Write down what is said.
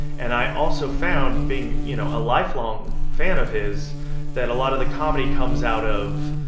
and i also found being, you know, a lifelong fan of his that a lot of the comedy comes out of,